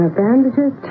bandages